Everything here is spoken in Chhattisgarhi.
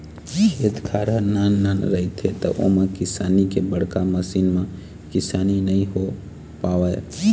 खेत खार ह नान नान रहिथे त ओमा किसानी के बड़का मसीन म किसानी नइ हो पावय